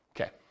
Okay